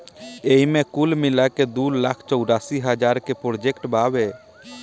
एईमे कुल मिलाके दू लाख चौरासी हज़ार के प्रोजेक्ट बावे